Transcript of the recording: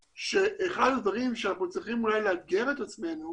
שאחד הדברים שאנחנו צריכים אולי לאתגר את עצמנו